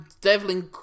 Devlin